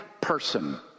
person